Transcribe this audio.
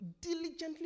diligently